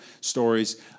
stories